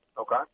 Okay